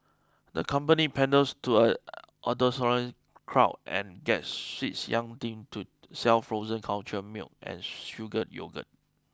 the company panders to a adolescent crowd and gets sweets young thing to sell frozen cultured milk and sugar yogurt